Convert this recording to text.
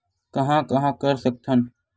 कहां कहां कर सकथन?